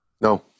no